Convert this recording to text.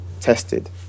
tested